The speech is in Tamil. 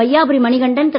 வையாபுரி மணிகண்டன் திரு